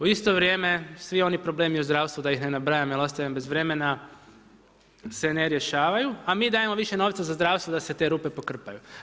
U isto vrijeme svi oni problemi u zdravstvu da ih ne nabrajam jer ostajem bez vremena se ne rješavaju a mi dajemo više novca za zdravstvo da se te rupe pokrpaju.